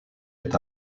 est